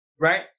right